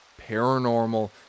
Paranormal